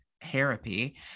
therapy